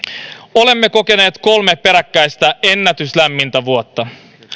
olemme kokeneet kolme peräkkäistä ennätyslämmintä vuotta